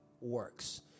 works